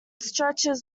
stretches